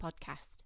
podcast